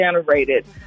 generated